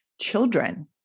children